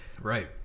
Right